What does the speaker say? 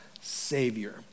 Savior